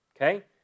okay